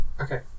okay